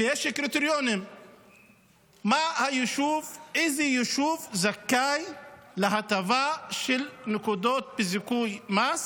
שיש בה קריטריונים איזה יישוב זכאי להטבה של נקודות בזיכוי מס,